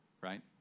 right